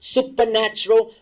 Supernatural